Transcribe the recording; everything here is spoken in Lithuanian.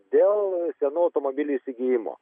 dėl senų automobilių įsigijimo